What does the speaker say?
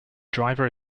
driver